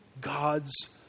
God's